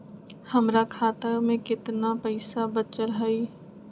हमर खाता में केतना पैसा बचल हई?